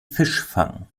fischfang